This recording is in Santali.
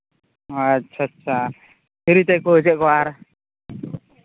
ᱟᱪᱪᱷᱟ ᱟᱪᱪᱷᱟ ᱯᱷᱨᱤᱛᱮ ᱠᱳᱪᱮᱫ ᱠᱚᱣᱟ ᱟᱨ